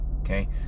Okay